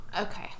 Okay